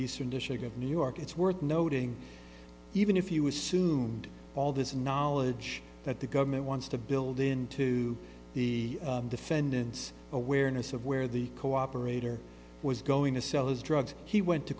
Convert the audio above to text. eastern district of new york it's worth noting even if you assume all this knowledge that the government wants to build into the defendant's awareness of where the cooperator was going to sell those drugs he went to